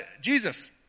Jesus